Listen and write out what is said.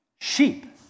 Sheep